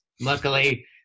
Luckily